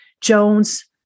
Jones